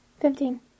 Fifteen